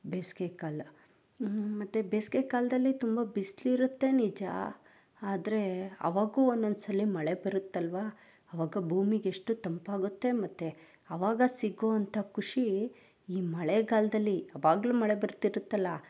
ಬೇಸಿಗೆಕಾಲ ಮತ್ತೆ ಬೇಸಿಗೆಕಾಲ್ದಲ್ಲಿ ತುಂಬ ಬಿಸಿಲಿರುತ್ತೆ ನಿಜ ಆದರೆ ಆವಾಗ ಒಂದೊಂದ್ಸಲ ಮಳೆ ಬರುತ್ತಲ್ಲವಾ ಆವಾಗ ಭೂಮಿಗೆ ಎಷ್ಟು ತಂಪಾಗುತ್ತೆ ಮತ್ತೆ ಆವಾಗ ಸಿಗುವಂಥ ಖುಷಿ ಈ ಮಳೆಗಾಲದಲ್ಲಿ ಆವಾಗಲು ಮಳೆ ಬರುತ್ತಿರುತ್ತಲ್ಲ